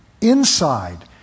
inside